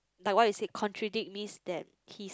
like what you say contradict means that he's